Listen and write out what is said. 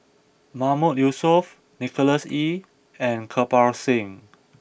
Mahmood Yusof Nicholas Ee and Kirpal Singh